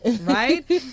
right